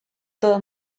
todo